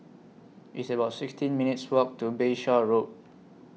It's about sixteen minutes' Walk to Bayshore Road